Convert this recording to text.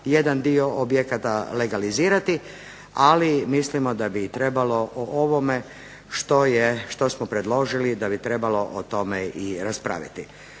jedan dio objekata legalizirati, ali mislimo da bi trebalo o ovome što smo predložili da bi trebalo o tome i raspraviti.